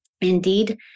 Indeed